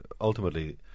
ultimately